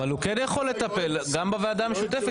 אבל הוא כן יכול לטפל, גם בוועדה המשותפת.